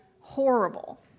horrible